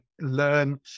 learn